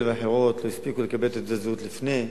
ואחרות לא הספיקו לקבל תעודת זהות לפני.